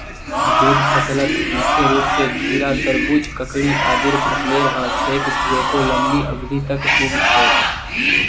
जैद फसलत मुख्य रूप स खीरा, तरबूज, ककड़ी आदिर फसलेर ह छेक जेको लंबी अवधि तक उग छेक